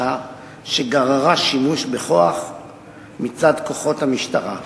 שגררה שימוש בכוח מצד כוחות המשטרה.